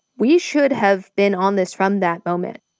we should have been on this from that moment.